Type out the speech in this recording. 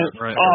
right